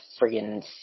friggin